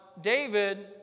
David